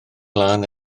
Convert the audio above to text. lân